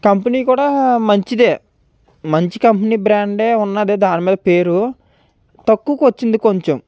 company కూడా మంచిదే మంచి కంపెనీ బ్రాండే ఉన్నది దాని మీద పేరు తక్కువ కొచ్చింది కొంచెం